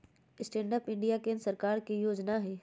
stand up India केंद्र सरकार के जोजना हइ